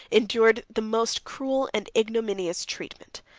endured the most cruel and ignominious treatment.